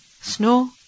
Snow